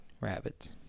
rabbits